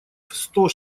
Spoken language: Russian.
сто